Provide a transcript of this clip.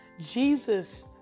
Jesus